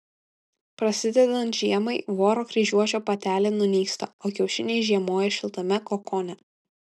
prasidedant žiemai voro kryžiuočio patelė nunyksta o kiaušiniai žiemoja šiltame kokone